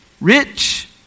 rich